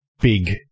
big